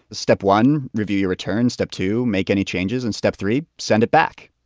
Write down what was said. step one review your return. step two make any changes. and step three send it back.